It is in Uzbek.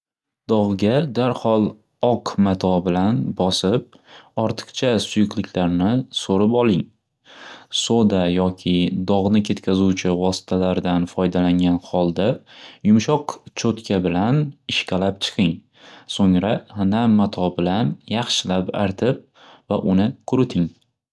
Dog'ga darxol oq mato bilan bosib ortiqcha suyuqliklarni so'rib oling, so'da yoki dog'ni ketkazuvchi vositalardan foydalangan xolda yumshoq cho'tka bilan ishqalab chiqing, so'ngra nam mato bilan yaxshilab artib va uni quriting.